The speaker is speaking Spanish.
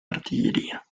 artillería